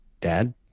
Dad